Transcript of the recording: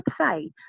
website